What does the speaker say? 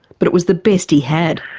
but it was the best he had.